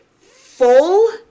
full